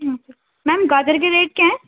میم گاجر کے ریٹ کیا ہیں